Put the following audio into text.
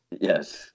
Yes